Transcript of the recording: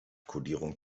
kodierung